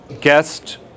guest